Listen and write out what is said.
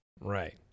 Right